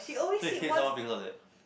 so is his loh because of that